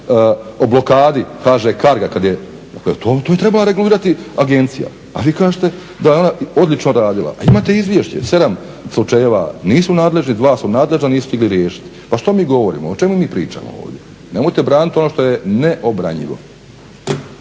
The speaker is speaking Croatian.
o blokadi HŽ Carga kad je. To je trebala regulirati agencija, a vi kažete da je ona odlično radila. Pa imate izvješće. 7 slučajeva nisu nadležni, 2 su nadležna, nisu stigli riješiti. Pa što mi govorimo? O čemu mi pričamo ovdje? Nemojte braniti ono što je neobranjivo.